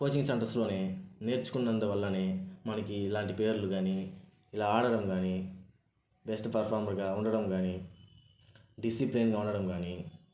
coaching సెంటర్స్లోనే నేర్చుకున్నందువల్లనే మనకి ఇలాంటి పేర్లు కాని ఇలా ఆడడం కానీ బెస్ట్ పరఫార్మర్గా ఉండడం కానీ డిసిప్లయిన్గా ఉండడం కానీ